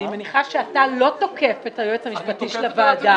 אני מניחה שאתה לא תוקף את היועץ המשפטי של הוועדה.